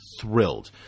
thrilled